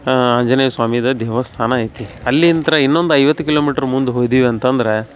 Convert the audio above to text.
ಆಂಜನೇಯ ಸ್ವಾಮಿದು ದೇವಸ್ಥಾನ ಐತಿ ಅಲ್ಲಿಂತ ಇನ್ನೊಂದು ಐವತ್ತು ಕಿಲೋಮೀಟ್ರ್ ಮುಂದೆ ಹೋದ್ವಿ ಅಂತಂದ್ರೆ